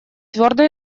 твердо